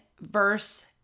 Verse